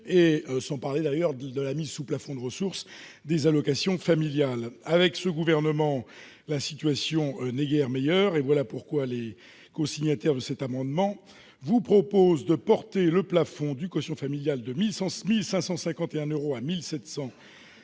sans parler de la mise sous plafond de ressources des allocations familiales. Avec ce gouvernement, la situation n'est guère meilleure. Voilà pourquoi les cosignataires de cet amendement proposent de porter le plafond du quotient familial de 1 551 à 1 750 euros